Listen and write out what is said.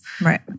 Right